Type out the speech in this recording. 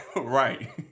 right